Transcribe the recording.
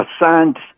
assigned